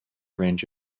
range